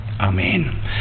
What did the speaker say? Amen